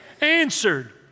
answered